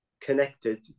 connected